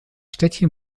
städtchen